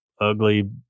ugly